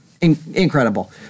incredible